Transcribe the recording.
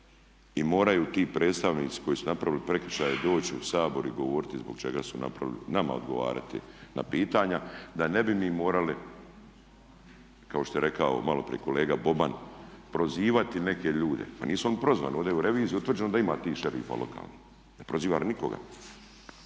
i moraju ti predstavnici koji su napravili prekršaje doći u Sabor i govoriti zbog čega su napravili, nama odgovarati na pitanja. Da ne bi mi morali kao što je rekao maloprije kolega Boban prozivati neke ljude. Pa nismo mi prozvali, ovdje je u reviziji utvrđeno da ima tih šerifa lokalnih, ne prozivamo nikoga.